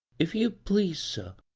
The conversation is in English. if you please, sir,